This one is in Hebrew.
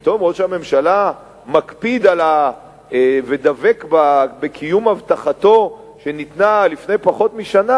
ופתאום ראש הממשלה מקפיד ודבק בקיום הבטחתו שניתנה לפני פחות משנה,